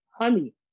honey